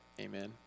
amen